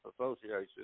Association